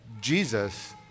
Jesus